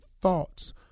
thoughts